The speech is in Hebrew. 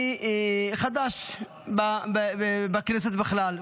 אני חדש בכנסת בכלל.